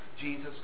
Jesus